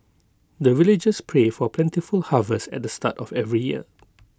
the villagers pray for plentiful harvest at the start of every year